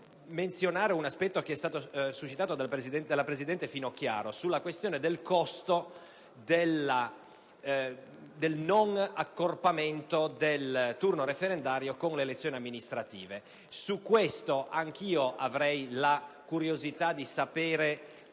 un aspetto che è stato suscitato dalla presidente Finocchiaro sulla questione del costo del non accorpamento del turno referendario con le elezioni amministrative. Su questo punto, anch'io avrei la curiosità di sapere